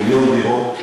מיליון דירות,